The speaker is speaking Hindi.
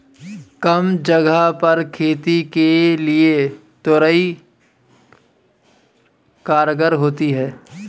कम जगह पर खेती के लिए तोरई कारगर होती है